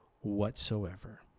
whatsoever